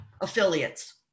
affiliates